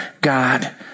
God